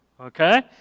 Okay